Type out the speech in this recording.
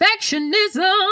perfectionism